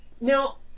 Now